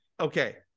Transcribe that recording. Okay